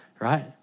Right